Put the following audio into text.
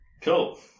Cool